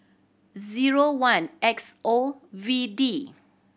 zero one X O V D